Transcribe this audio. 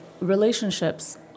relationships